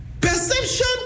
Perception